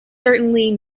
certainly